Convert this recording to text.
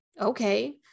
okay